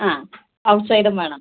ആ ഔട്ട് സൈഡും വേണം